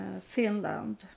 Finland